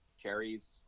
cherries